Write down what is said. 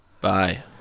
Bye